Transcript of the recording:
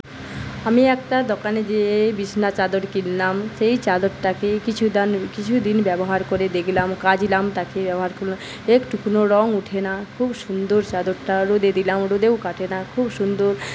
আমি একটা দোকানে যেয়ে বিছানার চাদর কিনলাম সেই চাদরটাকে কিছু দান কিছুদিন ব্যবহার করে দেখলাম কাচলাম তাকে ব্যবহার করলাম একটু কোনও রঙ ওঠে না খুব সুন্দর চাদরটা রোদে দিলাম রোদেও কাটে না খুব সুন্দর